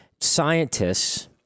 scientists